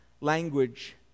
language